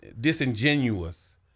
disingenuous